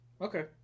Okay